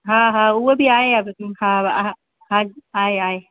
हा हा उहो बि आहे हा हा हा आहे आहे